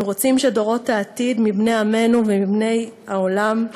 אנו רוצים שדורות העתיד, מבני עמנו ומבני העולם,